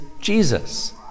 Jesus